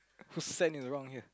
whose sand is wrong here